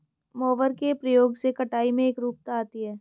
mower के प्रयोग से कटाई में एकरूपता आती है